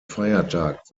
feiertag